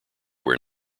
where